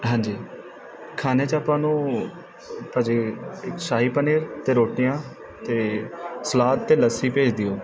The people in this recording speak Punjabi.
ਹਾਂਜੀ ਖਾਣੇ 'ਚ ਆਪਾਂ ਨੂੰ ਭਾਅ ਜੀ ਇੱਕ ਸ਼ਾਹੀ ਪਨੀਰ ਅਤੇ ਰੋਟੀਆਂ ਅਤੇ ਸਲਾਦ ਅਤੇ ਲੱਸੀ ਭੇਜ ਦਿਓ